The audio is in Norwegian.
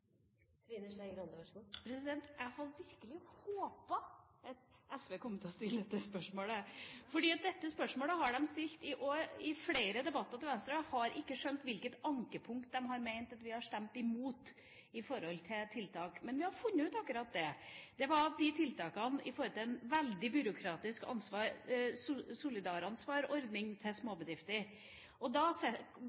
Jeg hadde virkelig håpet at SV skulle stille dette spørsmålet, fordi dette spørsmålet har de stilt til Venstre i flere debatter, og jeg har aldri skjønt hvilket ankepunkt de har ment at vi har stemt imot når det gjelder tiltak. Men vi har funnet ut akkurat det. Det er de tiltakene som gjelder den veldig byråkratiske ordningen med solidaransvar